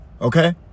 okay